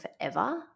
forever